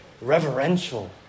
Reverential